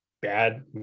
bad